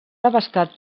devastat